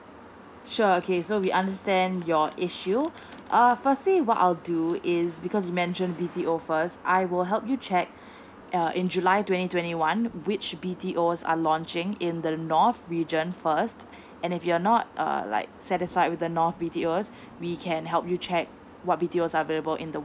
sure okay so we understand your if you uh first thing what I'll do is because you mention B T O first I will help you check uh in july twenty twenty one which B T O's are launching in the north region first and if you're not err like satisfied with the north we did first we can help you check what B T Os are available in the